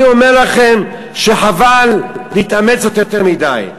אני אומר לכם שחבל להתאמץ יותר מדי.